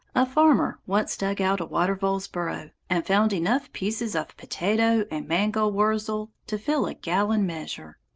a farmer once dug out a water-vole's burrow and found enough pieces of potato and mangold-wurzel to fill a gallon measure.